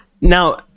Now